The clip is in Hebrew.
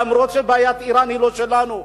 למרות שבעיית אירן היא לא שלנו.